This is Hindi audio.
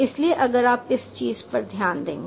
इसलिए अगर आप इस चीज पर ध्यान देंगे